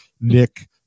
Nick